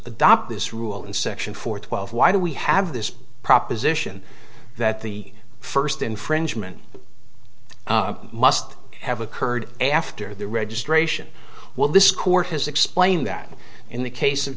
adopt this rule in section four twelve why do we have this proposition that the first infringement must have occurred after the registration while this court has explained that in the case of